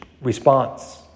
response